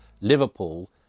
Liverpool